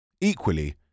Equally